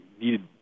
needed